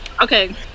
okay